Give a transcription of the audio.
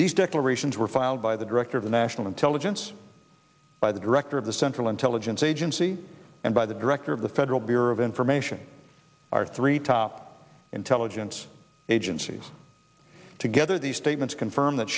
these declarations were filed by the director of national intelligence by the director of the central intelligence agency and by the director of the federal bureau of information three top intelligence agencies together these statements confirm that